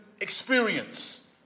experience